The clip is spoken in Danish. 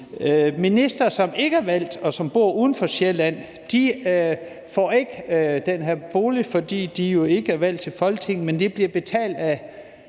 Ministre, som ikke er valgt, og som bor uden for Sjælland, får ikke den her bolig, fordi de jo ikke er valgt til Folketinget. Men de bliver betalt af